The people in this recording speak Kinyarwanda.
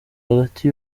hagati